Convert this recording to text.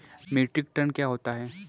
Metric ton क्या होता है?